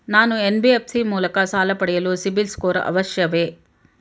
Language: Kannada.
ನಾನು ಎನ್.ಬಿ.ಎಫ್.ಸಿ ಮೂಲಕ ಸಾಲ ಪಡೆಯಲು ಸಿಬಿಲ್ ಸ್ಕೋರ್ ಅವಶ್ಯವೇ?